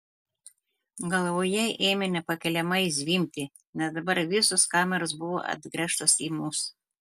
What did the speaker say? galvoje ėmė nepakeliamai zvimbti nes dabar visos kameros buvo atgręžtos į mus